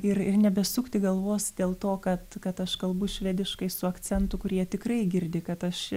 ir nebesukti galvos dėl to kad kad aš kalbu švediškai su akcentu kurie tikrai girdi kad aš